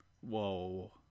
Whoa